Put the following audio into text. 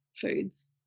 foods